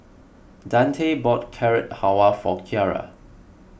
Dante bought Carrot Halwa for Kiara